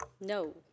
No